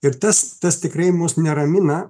ir tas tas tikrai mus neramina